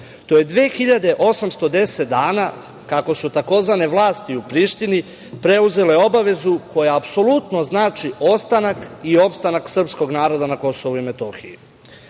To je 2.810 dana kako su tzv. vlasti u Prištini preuzele obavezu koja apsolutno znači ostanak i opstanak srpskog naroda na KiM.Umesto